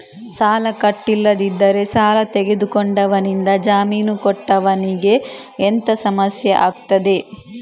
ಸಾಲ ಕಟ್ಟಿಲ್ಲದಿದ್ದರೆ ಸಾಲ ತೆಗೆದುಕೊಂಡವನಿಂದ ಜಾಮೀನು ಕೊಟ್ಟವನಿಗೆ ಎಂತ ಸಮಸ್ಯೆ ಆಗ್ತದೆ?